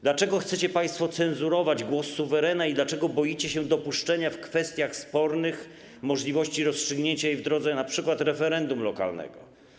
Dlaczego chcecie państwo cenzurować głos suwerena i dlaczego boicie się dopuszczenia w kwestiach spornych możliwości rozstrzygnięcia ich w drodze np. referendum lokalnego?